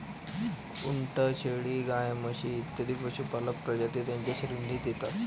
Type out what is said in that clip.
उंट, शेळी, गाय, म्हशी इत्यादी पशुपालक प्रजातीं च्या श्रेणीत येतात